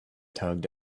tugged